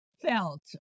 felt